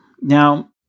Now